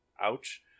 ouch